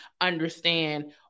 understand